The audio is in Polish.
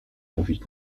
mówić